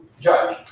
judge